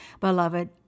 Beloved